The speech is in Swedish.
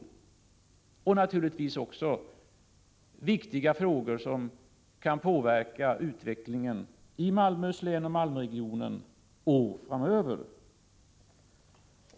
Det är naturligtvis också viktiga frågor som kan påverka utvecklingen i Malmöhus län och Malmöregionen under år framöver.